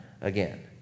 again